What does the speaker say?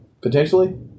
Potentially